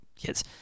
kids